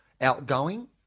outgoing